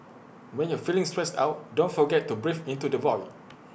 when you are feeling stressed out don't forget to breathe into the void